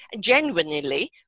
genuinely